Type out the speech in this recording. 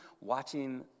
watching